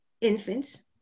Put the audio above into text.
infants